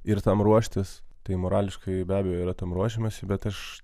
ir tam ruoštis tai morališkai be abejo yra tam ruošiamasi bet aš